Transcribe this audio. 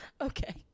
Okay